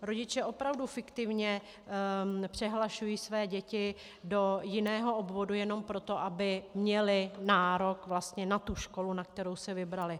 Rodiče opravdu fiktivně přehlašují své děti do jiného obvodu jenom proto, aby měli nárok na školu, kterou si vybrali.